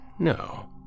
No